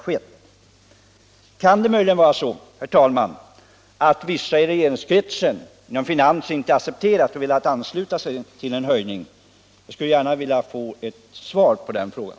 Kan det möjligen vara så, herr talman, att vissa i regeringskretsen inte velat ansluta sig till en höjning? Jag skulle gärna vilja få ett svar på den frågan.